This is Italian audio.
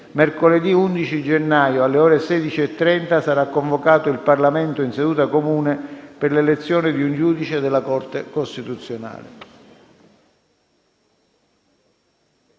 Mercoledì 11 gennaio, alle ore 16,30, sarà convocato il Parlamento in seduta comune per l'elezione di un giudice della Corte costituzionale.